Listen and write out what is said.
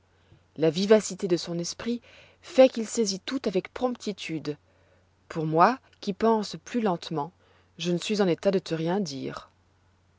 la vivacité de son esprit fait qu'il saisit tout avec promptitude pour moi qui pense plus lentement je ne suis en état de te rien dire